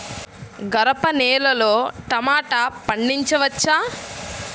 గరపనేలలో టమాటా పండించవచ్చా?